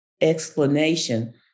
explanation